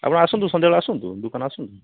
ଆପଣ ଆସନ୍ତୁ ସନ୍ଧ୍ୟାବେଳେ ଆସନ୍ତୁ ଦୁକାନ ଆସନ୍ତୁ